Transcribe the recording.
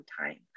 time